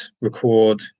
record